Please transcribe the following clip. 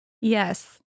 Yes